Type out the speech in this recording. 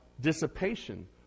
dissipation